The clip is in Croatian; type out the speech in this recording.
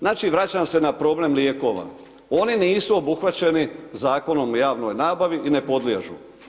Znači vraćam se na problem lijekova, oni nisu obuhvaćeni Zakonom o javnoj nabavi i ne podliježu.